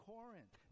Corinth